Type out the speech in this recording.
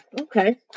Okay